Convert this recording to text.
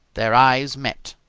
their eyes met.